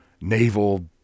naval